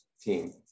team